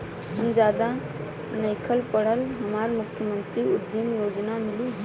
हम ज्यादा नइखिल पढ़ल हमरा मुख्यमंत्री उद्यमी योजना मिली?